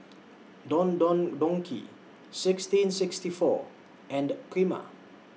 Don Don Donki sixteen sixty four and Prima